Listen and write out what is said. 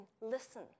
listen